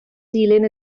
dilyn